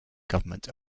government